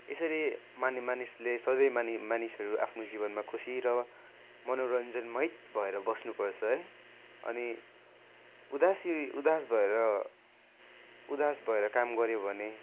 यसरी माने मानिसले सधैँ मानि मानिसहरू आफ्नो जीवनमा खुसी र मनोरञ्जन मोहित भएर बस्नुपर्छ है अनि उदासी उदास भएर उदास भएर काम गऱ्यो भने